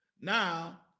Now